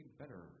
better